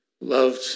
loved